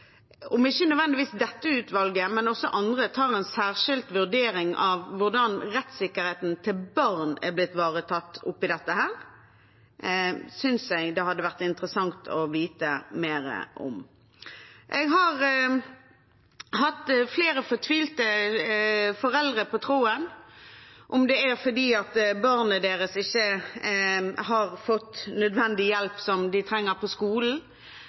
om ikke nødvendigvis dette utvalget, men også andre – tar en særskilt vurdering av hvordan rettssikkerheten til barn er blitt ivaretatt oppi dette. Det synes jeg det hadde vært interessant å vite mer om. Jeg har hatt flere fortvilte foreldre på tråden. Noen ringer fordi barnet deres ikke har fått nødvendig hjelp som de trenger på skolen,